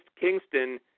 Kingston